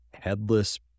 headless